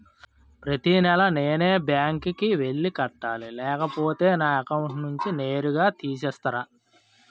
ప్రతి నెల నేనే బ్యాంక్ కి వెళ్లి కట్టాలి లేకపోతే నా అకౌంట్ నుంచి నేరుగా తీసేస్తర?